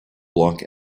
block